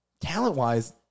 talent-wise